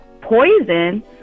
poison